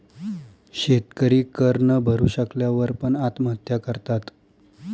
शेतकरी कर न भरू शकल्या वर पण, आत्महत्या करतात